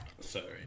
Sorry